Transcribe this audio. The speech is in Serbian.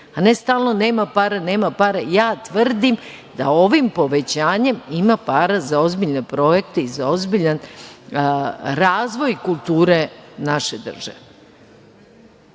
a ne stalno - nema para, nema para. Ja tvrdim da ovim povećanjem ima para za ozbiljne projekte i za ozbiljan razvoj kulture naše države.